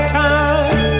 time